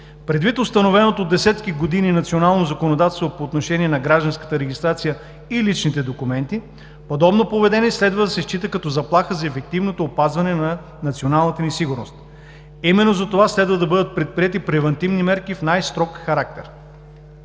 предвид установеното от десетки години национално законодателство по отношение на гражданската регистрация и личните документи, подобно поведение следва да се счита като заплаха за ефективното опазване на националната ни сигурност. Именно затова следва да бъдат предприети превантивни мерки в най-строг характер.